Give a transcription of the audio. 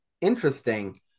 interesting